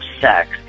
sex